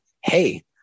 hey